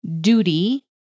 duty